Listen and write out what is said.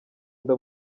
nda